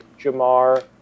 Jamar